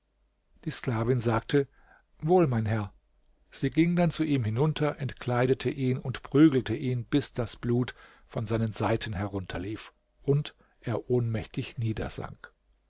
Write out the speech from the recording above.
die sklavin sagte wohl mein herr sie ging dann zu ihm hinunter entkleidete ihn und prügelte ihn bis das blut von seinen seiten herunterlief und er ohnmächtig